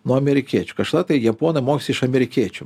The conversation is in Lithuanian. nuo amerikiečių kažkada tai japonai mokėsi iš amerikiečių